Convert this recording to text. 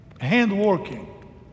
hand-working